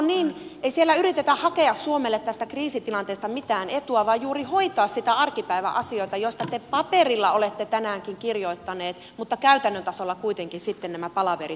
ei siellä yritetä hakea suomelle tästä kriisitilanteesta mitään etua vaan yritetään juuri hoitaa niitä arkipäivän asioita joista te paperilla olette tänäänkin kirjoittanut mutta käytännön tasolla kuitenkin sitten nämä palaverit perutaan